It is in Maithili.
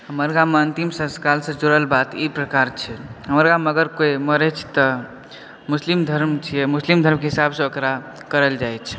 हमर गाम मे अन्तिम संस्कार सऽ जुड़ल बात ई प्रकार छै हमर गाम मे अगर कोइ मरै छै तऽ मुस्लिम धर्म छियै मुस्लिम धर्म के हिसाब सँ ओकरा करल जाइ छै